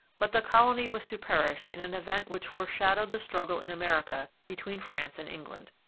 but the colony was to perish in an event which foreshadowed the struggle in america between france and england.